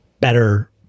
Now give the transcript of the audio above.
better